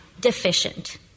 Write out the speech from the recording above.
deficient